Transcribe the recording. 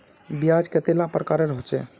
ब्याज कतेला प्रकारेर होचे?